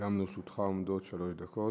גם לרשותך עומדות שלוש דקות.